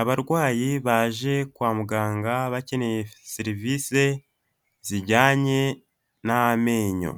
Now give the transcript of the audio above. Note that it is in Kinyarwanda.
abarwayi baje kwa muganga bakeneye serivisi zijyanye n'amenyo.